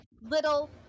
little